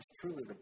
truly